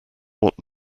what